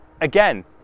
again